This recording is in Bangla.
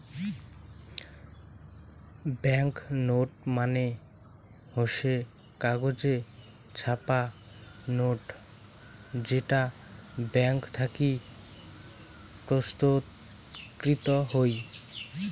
ব্যাঙ্ক নোট মানে হসে কাগজে ছাপা নোট যেটা ব্যাঙ্ক থাকি প্রস্তুতকৃত হই